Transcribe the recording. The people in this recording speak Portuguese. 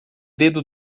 dedo